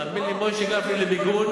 תאמין לי, משה גפני, למיגון,